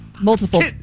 multiple